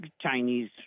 Chinese